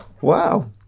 Wow